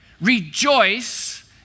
rejoice